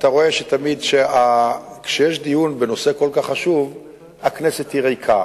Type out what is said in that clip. כי אתה רואה שכשיש דיון בנושא כל כך חשוב הכנסת ריקה,